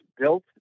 built